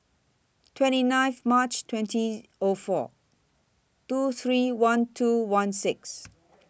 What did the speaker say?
twenty nine March twenty O four two three one two one six